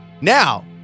Now